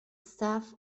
staff